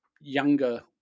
younger